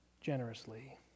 generously